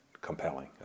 compelling